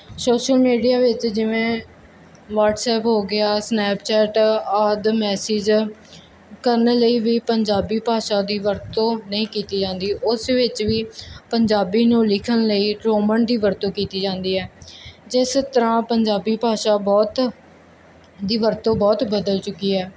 social media ਵਿੱਚ ਜਿਵੇਂ WhatsApp ਹੋ ਗਿਆ ਸਨੈਪਚੈਟ ਆਦ ਮੈਸੇਜ ਕਰਨ ਲਈ ਵੀ ਪੰਜਾਬੀ ਭਾਸ਼ਾ ਦੀ ਵਰਤੋਂ ਨਹੀਂ ਕੀਤੀ ਜਾਂਦੀ ਉਸ ਵਿੱਚ ਵੀ ਪੰਜਾਬੀ ਨੂੰ ਲਿਖਣ ਲਈ ਰੋਮਨ ਦੀ ਵਰਤੋਂ ਕੀਤੀ ਜਾਂਦੀ ਹੈ ਜਿਸ ਤਰ੍ਹਾਂ ਪੰਜਾਬੀ ਭਾਸ਼ਾ ਬਹੁਤ ਦੀ ਵਰਤੋਂ ਬਹੁਤ ਬਦਲ ਚੁੱਕੀ ਐ